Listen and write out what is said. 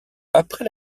après